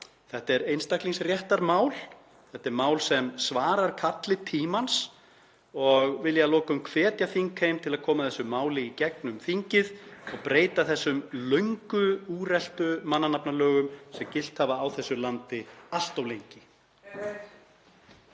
Þetta er einstaklingsréttarmál. Þetta er mál sem svarar kalli tímans. Vil ég að lokum hvetja þingheim til að koma þessu máli í gegnum þingið og breyta þessum löngu úreltu mannanafnalögum sem gilt hafa á þessu landi allt of lengi.